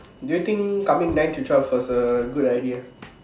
do you think coming nine to twelve was a good idea